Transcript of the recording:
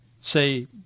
say